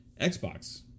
Xbox